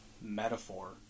metaphor